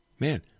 Man